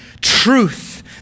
truth